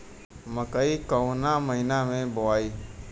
मकई कवना महीना मे बोआइ?